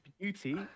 beauty